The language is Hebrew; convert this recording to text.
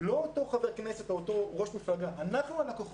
לא אותו חבר כנסת או אותו ראש מפלגה אלא אנחנו הלקוחות.